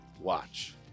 watch